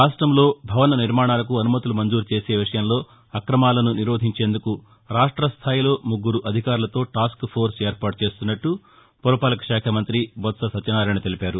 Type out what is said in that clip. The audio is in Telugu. రాష్షంలో భవన నిర్మాణాలకు అనుమతులు మంజూరు చేసే విషయంలో అక్రమాలను నిరోధించేందుకు రాష్ట స్థాయిలో ముగ్గురు అధికారులతో టాస్కఫోర్స్ ఏర్పాటు చేస్తున్నట్ల పురపాలక శాఖ మంతి బొత్స సత్యనారాయణ తెలిపారు